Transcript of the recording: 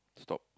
stop